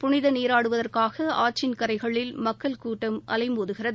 புனித நீராடுவதற்காக ஆற்றின் கரைகளில் மக்கள் கூட்டம் அலை மோதுகிறது